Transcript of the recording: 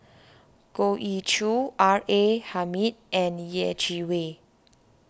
Goh Ee Choo R A Hamid and Yeh Chi Wei